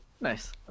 Nice